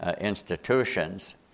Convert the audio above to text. institutions